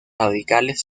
radicales